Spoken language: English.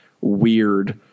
weird